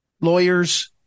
lawyers